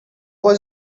was